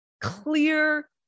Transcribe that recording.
Clear